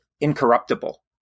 Incorruptible